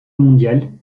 mondial